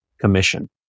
commission